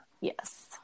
Yes